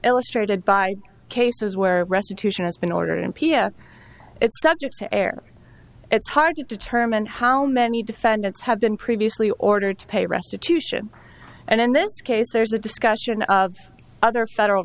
illustrated by cases where restitution has been ordered in p s subject to air it's hard to determine how many defendants have been previously ordered to pay restitution and in this case there's a discussion of other federal